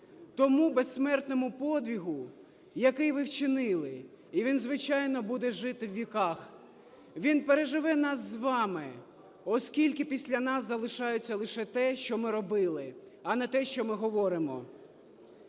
тому безсмертному подвигу, який ви вчинили, і він, звичайно, буде жити в віках. Він переживе нас з вами, оскільки після нас залишається лише те, що ми робили, а не те, що ми говоримо.